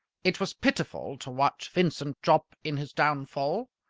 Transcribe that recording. it was pitiful to watch vincent jopp in his downfall.